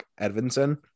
Edvinson